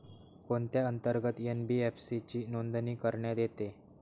कोणत्या अंतर्गत एन.बी.एफ.सी ची नोंदणी करण्यात येते?